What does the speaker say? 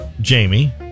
Jamie